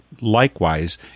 likewise